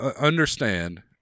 understand